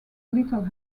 little